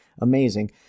amazing